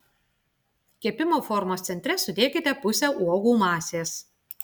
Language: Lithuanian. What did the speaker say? kepimo formos centre sudėkite pusę uogų masės